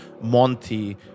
Monty